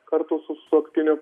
kartu su sutuoktiniu